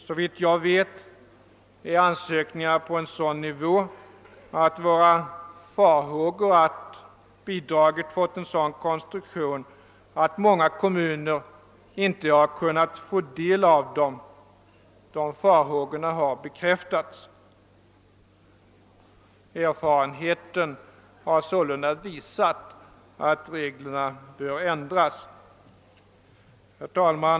Såvitt jag vet ligger ansökningarna på en sådan nivå att våra farhågor har bekräftats, att bidraget fått en sådan konstruktion att många kommuner inte har kunnat få del därav. Erfarenheten har sålunda visat att reglerna behöver ändras. Herr talman!